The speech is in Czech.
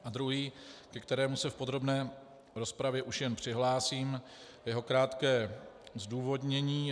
A druhý, ke kterému se v podrobné rozpravě už jen přihlásím, jeho krátké zdůvodnění.